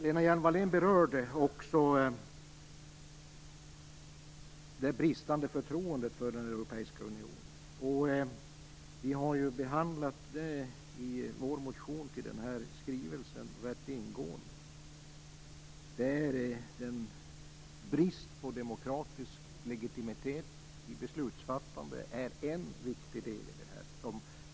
Lena Hjelm-Wallén berörde också det bristande förtroendet för den europeiska unionen, vilket vi också rätt ingående har behandlat i vår motion till denna skrivelse. Brist på demokratisk legitimitet vid beslutsfattande är en viktig del i detta.